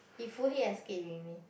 he fully escape maybe